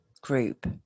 group